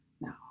No